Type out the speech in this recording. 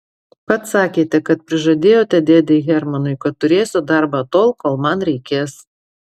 pats sakėte kad prižadėjote dėdei hermanui kad turėsiu darbą tol kol man reikės